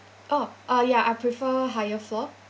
oh uh ya I prefer higher floor